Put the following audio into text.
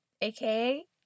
aka